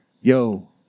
yo